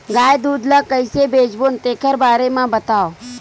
गाय दूध ल कइसे बेचबो तेखर बारे में बताओ?